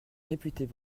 réputées